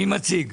מי מציג?